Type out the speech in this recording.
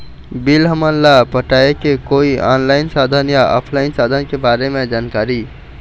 Bill हमन ला पटाए के कोई ऑनलाइन साधन या ऑफलाइन साधन के बारे मे जानकारी?